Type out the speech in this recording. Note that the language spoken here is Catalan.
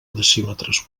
decímetres